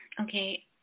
okay